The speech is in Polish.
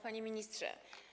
Panie Ministrze!